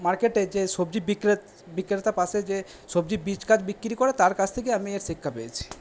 মার্কেটে যে সবজি বিক্রেতার পাশে যে সবজি বীজ গাছ বিক্রি করে তার কাছ থেকে আমি এর শিক্ষা পেয়েছি